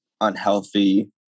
unhealthy